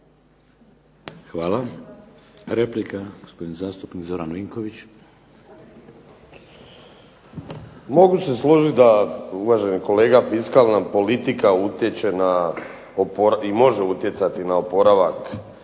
Hvala. Replika, gospodin zastupnik Zoran Vinković. **Vinković, Zoran (SDP)** Mogu se složiti da uvaženi kolega da fiskalna politika utječe i može utjecati na oporavak